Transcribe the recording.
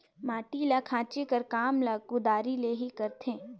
माटी ल खाचे कर काम ल कुदारी ले ही करथे